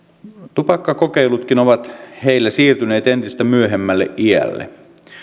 tupakkakokeilutkin ovat heillä siirtyneet entistä myöhemmälle iälle